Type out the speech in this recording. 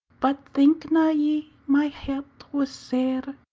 but think na ye my heart was sair,